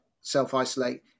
self-isolate